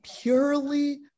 purely